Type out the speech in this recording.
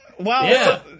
Wow